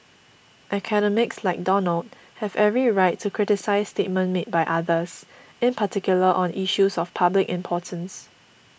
academics like Donald have every right to criticise statements made by others in particular on issues of public importance